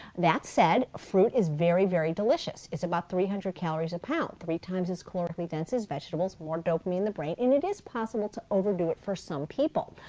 that said, fruit is very, very delicious. it's about three hundred calories a pound, three times as calorically dense as vegetables, more dopamine in the brain, and it is possible to overdo it for some people.